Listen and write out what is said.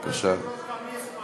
כבוד היושב-ראש, גם לי יש מה